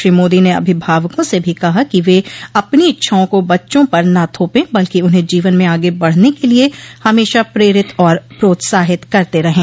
श्री मोदी ने अभिभावकों से भी कहा कि वे अपनी इच्छाओं को बच्चों पर न थोपें बल्कि उन्हें जीवन में आगे बढ़ने के लिए हमेशा प्रेरित और प्रोत्साहित करते रहें